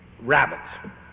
rabbits